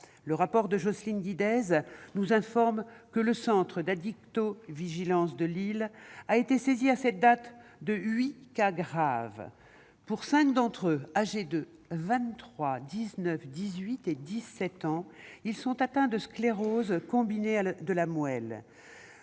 Le rapport de Jocelyne Guidez nous informe que le centre d'addictovigilance de Lille a été saisi à cette date de huit cas graves. Cinq d'entre eux, âgés de 23, 19, 18 et 17 ans, sont atteints de sclérose combinée de la moelle,